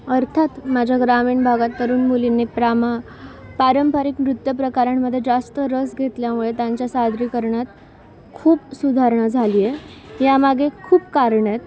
अर्थात माझ्या ग्रामीण भागात तरुण मुलींनी प्रामा पारंपरिक नृत्य प्रकारांमध्ये जास्त रस घेतल्यामुळे त्यांच्या सादरीकरणात खूप सुधारणा झाली आहे यामागे खूप कारणं आहेत